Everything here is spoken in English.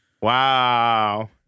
Wow